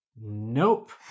nope